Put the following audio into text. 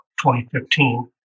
2015